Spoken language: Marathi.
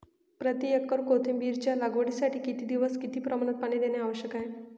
प्रति एकर कोथिंबिरीच्या लागवडीसाठी किती दिवस किती प्रमाणात पाणी देणे आवश्यक आहे?